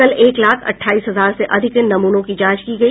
कल एक लाख अट्ठाईस हजार से अधिक नमूनों की जांच की गई